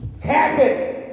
Happy